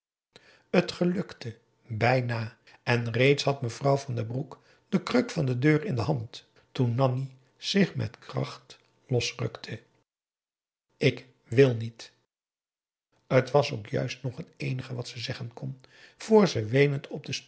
t gelukte bijna en reeds had mevrouw van den broek de kruk van de deur in de hand toen nanni zich met kracht losrukte ik wil niet t was ook juist nog het eenige wat ze zeggen kon vr ze weenend op den